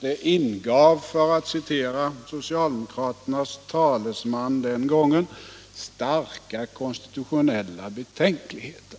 Det ingav, för att citera socialdemokraternas talesman den gången, ”starka konstitutionella betänk ligheter”.